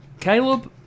Caleb